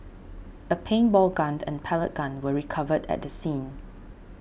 a paintball gun and pellet gun were recovered at the scene